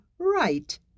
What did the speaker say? Right